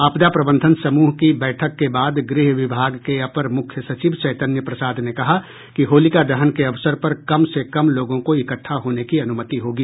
आपदा प्रबंधन समूह की बैठक के बाद गृह विभाग के अपर मुख्य सचिव चैतन्य प्रसाद ने कहा कि होलिका दहन के अवसर पर कम से कम लोगों को इकट्ठा होने की अनुमति होगी